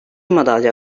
madalya